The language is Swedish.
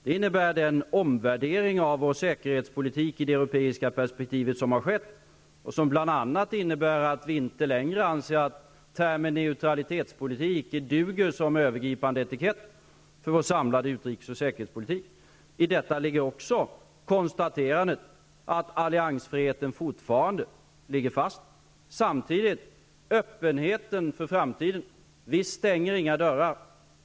Det innebär den omvärdering av vår säkerhetspolitik i det europeiska pespektivet som har skett och som bl.a. innebär att vi inte längre anser att termen neutralitetspolitik duger som övergripande etikett på vår samlade utrikes och säkerhetspolitik. I detta ligger också konstaterandet att alliansfriheten fortfarande ligger fast. Samtidigt vill jag säga beträffande öppenheten för framtiden att vi inte stänger några dörrar.